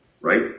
right